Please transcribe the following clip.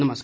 नमस्कार